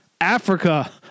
Africa